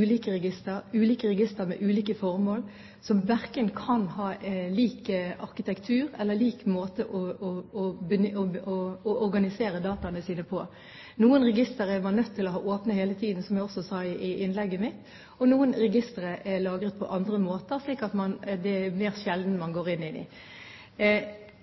ulike registre, med ulike formål, som verken kan ha lik arkitektur eller lik måte å organisere dataene sine på. Noen registre er man nødt til å ha åpne hele tiden, som jeg også sa i innlegget mitt, og noen registre er lagret på andre måter, slik at det er mer sjelden